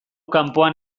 kanpoan